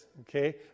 Okay